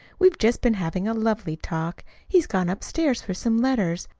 we've just been having a lovely talk. he's gone upstairs for some letters.